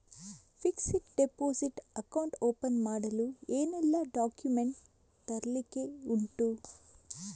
Fixed deposit account open ಮಾಡಲು ಏನೆಲ್ಲಾ documents ತರ್ಲಿಕ್ಕೆ ಉಂಟು?